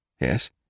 Yes